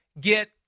get